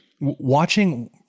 Watching